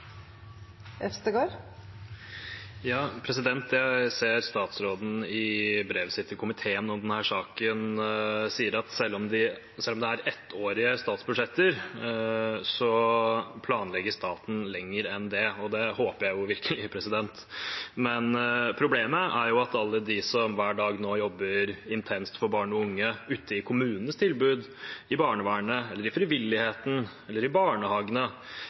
ettårige statsbudsjetter, planlegger staten lenger enn det – og det håper jeg jo virkelig! Men problemet er at alle de som hver dag nå jobber intenst for barn og unge ute i kommunenes tilbud, i barnevernet eller i frivilligheten eller i barnehagene,